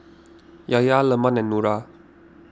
Yahya Leman and Nura